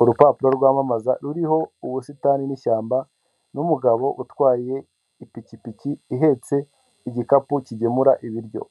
Urupapuro rwamamaza ruriho ubusitani n'ishyamba n'umugabo utwaye ipikipiki ihetse igikapu kigemura ibiryo,